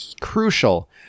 crucial